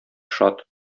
шат